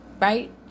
Right